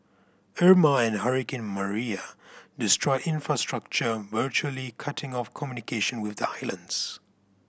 Irma and hurricane Maria destroyed infrastructure virtually cutting off communication with the islands